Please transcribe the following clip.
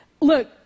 look